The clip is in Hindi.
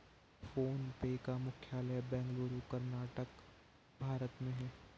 फ़ोन पे का मुख्यालय बेंगलुरु, कर्नाटक, भारत में है